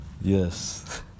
Yes